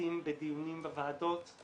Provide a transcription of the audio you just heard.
לוביסטים בדיונים בוועדות,